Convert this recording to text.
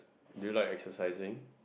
do you like exercising